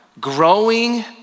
growing